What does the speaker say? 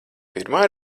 pirmā